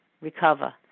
recover